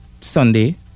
sunday